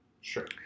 Sure